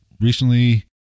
recently